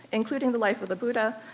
including the life of the buddha,